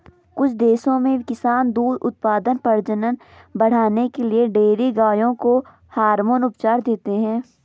कुछ देशों में किसान दूध उत्पादन, प्रजनन बढ़ाने के लिए डेयरी गायों को हार्मोन उपचार देते हैं